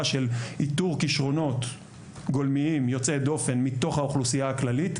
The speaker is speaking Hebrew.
של איתור כישרונות גולמיים יוצאי דופן מתוך האוכלוסייה הכללית,